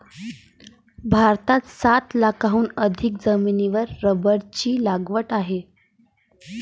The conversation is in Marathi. भारतात सात लाखांहून अधिक जमिनीवर रबराची लागवड आहे